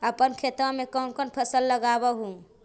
अपन खेतबा मे कौन कौन फसल लगबा हू?